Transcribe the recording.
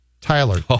Tyler